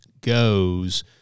goes